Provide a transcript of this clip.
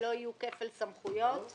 שלא יהיו כפל סמכויות.